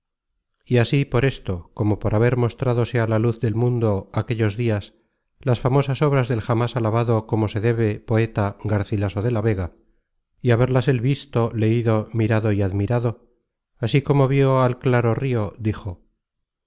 y así por esto como por haber mostrádose á la luz del mundo aquellos dias las famosas obras del jamas alabado como se debe poeta garcilaso de la vega y haberlas él visto leido mirado y admirado así como vió al claro rio dijo